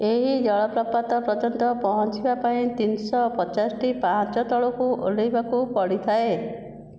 ଏହି ଜଳପ୍ରପାତ ପର୍ଯ୍ୟନ୍ତ ପହଞ୍ଚିବା ପାଇଁ ତିନିଶହ ପଚାଶଟି ପାହାଚ ତଳକୁ ଓହ୍ଲାଇବାକୁ ପଡ଼ିଥାଏ